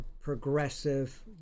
progressive